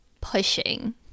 pushing